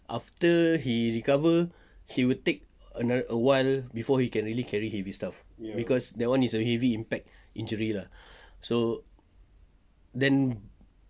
after he recover he will take a while before he can really carry heavy stuff cause that one is a heavy impact injury lah so then